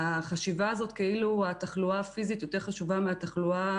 החשיבה הזאת כאילו התחלואה הפיזית יותר חשובה מהתחלואה